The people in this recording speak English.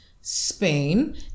Spain